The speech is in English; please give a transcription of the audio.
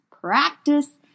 practice